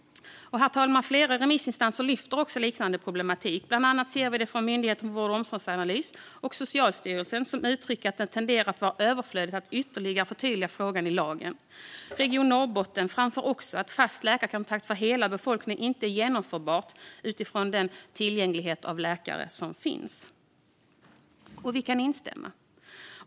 Flera remissinstanser lyfter också fram liknande problematik. Bland annat ser vi det från Myndigheten för vård och omsorgsanalys och Socialstyrelsen, som uttrycker att det tenderar att vara överflödigt att ytterligare förtydliga frågan i lagen. Region Norrbotten framför också att fast läkarkontakt för hela befolkningen inte är genomförbart utifrån tillgängligheten på läkare. Vi kan instämma.